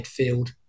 midfield